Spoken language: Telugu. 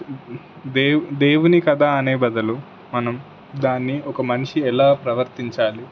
దేవు దేవుని కథ అనే బదులు మనం దాన్ని ఒక మనిషి ఎలా ప్రవర్తించాలి